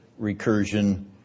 recursion